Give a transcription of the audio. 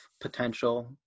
potential